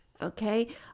Okay